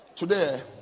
Today